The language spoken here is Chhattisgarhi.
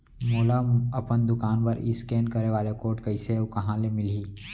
मोला अपन दुकान बर इसकेन करे वाले कोड कइसे अऊ कहाँ ले मिलही?